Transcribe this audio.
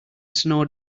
snow